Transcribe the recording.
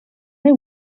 they